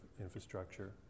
infrastructure